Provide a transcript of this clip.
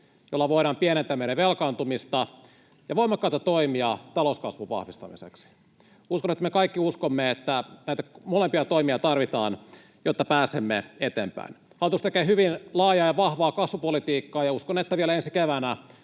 jolla voidaan pienentää meidän velkaantumista, ja voimakkaita toimia talouskasvun vahvistamiseksi. Uskon, että me kaikki uskomme, että näitä molempia toimia tarvitaan, jotta pääsemme eteenpäin. Hallitus tekee hyvin laajaa ja vahvaa kasvupolitiikkaa, ja uskon, että vielä ensi keväänä